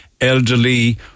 elderly